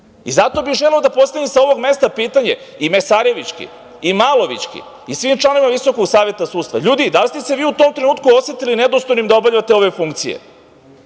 I zato bih želeo da postavim sa ovog mesta pitanje i Mesarevićki i Malovićki i svim članovima Visokog saveta sudstva – ljudi, da li ste ste vi u tom trenutku osetili nedostojnim da obavljate ove funkcije?